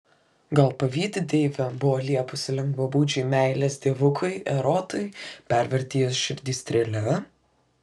gal pavydi deivė buvo liepusi lengvabūdžiui meilės dievukui erotui perverti jos širdį strėle